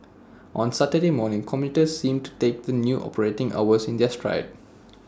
on Saturday morning commuters seemed to take the new operating hours in their stride